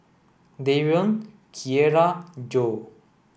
Darion Kierra and Joe